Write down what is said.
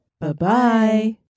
Bye-bye